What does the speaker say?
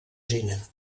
zinnen